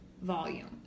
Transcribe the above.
volume